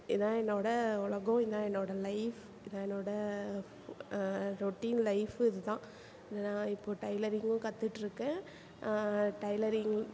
இதான் என்னோடய உலகம் இதான் என்னோடய லைஃப் இதான் என்னோடய ஃப் ரொட்டீன் லைஃபு இது தான் நான் இப்போது டைலரிங்கும் கத்துட்டுருக்கேன் டைலரிங்